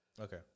Okay